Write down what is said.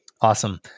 Awesome